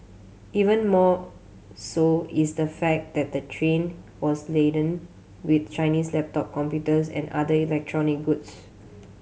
even more so is the fact that the train was laden with Chinese laptop computers and other electronic goods